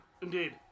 Indeed